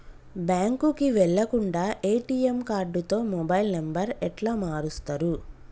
బ్యాంకుకి వెళ్లకుండా ఎ.టి.ఎమ్ కార్డుతో మొబైల్ నంబర్ ఎట్ల మారుస్తరు?